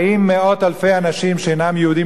האם מאות אלפי אנשים שאינם יהודים